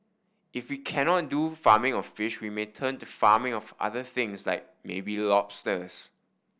if we cannot do farming of fish we may turn to farming of other things like maybe lobsters